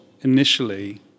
initially